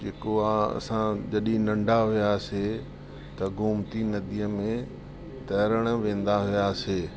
जेको आहे असां जॾहिं नंढा हुयासे त गोमती नदीअ में तैरण वेंदा हुयासे